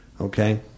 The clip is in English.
Okay